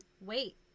Wait